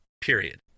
period